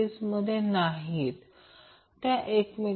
जर आपण ते सोडवले तर XC ची दोन मूल्ये मिळतील त्यामुळे XC 8